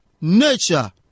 Nature